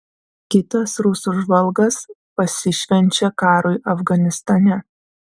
kitas rusų žvalgas pasišvenčia karui afganistane